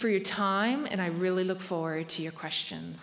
for your time and i really look forward to your question